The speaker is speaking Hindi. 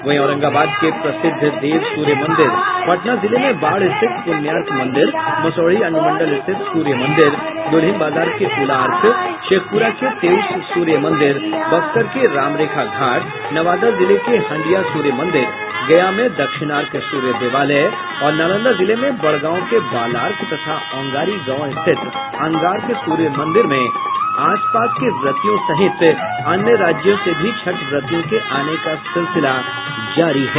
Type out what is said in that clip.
वहीं औरंगाबाद के प्रसिद्ध देव सूर्य मंदिर पटना जिले में बाढ़ स्थित पुण्यार्क मंदिर मसौढ़ी अनुमंडल स्थित सूर्य मंदिर दुल्हिन बाजार के उलार्क शेखपुरा के तेउस सूर्य मंदिर बक्सर के राम रेखा घाट नवादा जिले के हंडिया सूर्य मंदिर गया में दक्षिणार्क सूर्य देवालय और नालंदा जिले में बड़गांव के बालार्क तथा औगांरी गांव स्थित अंगार्क सूर्य मंदिर में आसपास के व्रतियों सहित अन्य राज्यों से भी छठ व्रतियों के आने का सिलसिला जारी हो गया है